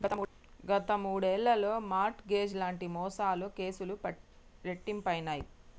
గత మూడేళ్లలో mortgage లాంటి మోసాల కేసులు రెట్టింపయినయ్